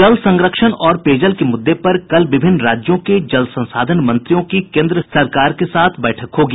जल संरक्षण और पेयजल के मुद्दे पर कल विभिन्न राज्यों के जल संसाधन मंत्रियों की केंद्र सरकार के साथ बैठक होगी